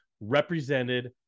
represented